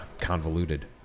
convoluted